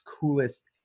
coolest